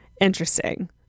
interesting